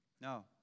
no